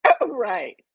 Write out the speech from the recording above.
Right